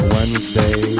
Wednesday